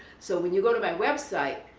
so when you go to my website,